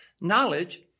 Knowledge